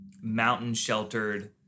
mountain-sheltered